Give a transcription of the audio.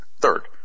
Third